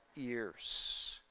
ears